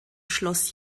schloss